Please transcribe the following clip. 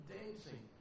dancing